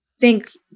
thank